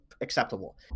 acceptable